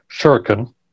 shuriken